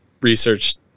Research